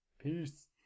Peace